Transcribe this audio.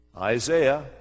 Isaiah